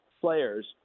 players